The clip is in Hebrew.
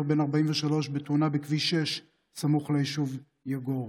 בן 43 בתאונה בכביש 6 סמוך לישוב יגור.